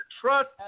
trust